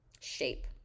shape